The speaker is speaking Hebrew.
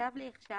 נכתב לי עכשיו